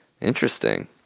Interesting